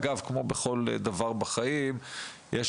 אגב, כמו שבכל דבר בחיים יש